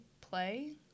play